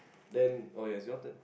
then oh yes your turn